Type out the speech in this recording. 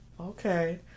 Okay